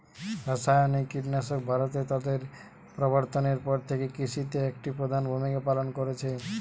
রাসায়নিক কীটনাশক ভারতে তাদের প্রবর্তনের পর থেকে কৃষিতে একটি প্রধান ভূমিকা পালন করেছে